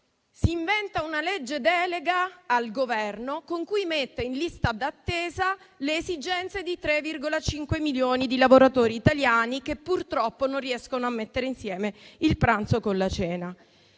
si inventa una legge delega al Governo con cui mette in lista d'attesa le esigenze di 3,5 milioni di lavoratori italiani che purtroppo non riescono a mettere insieme il pranzo con la cena.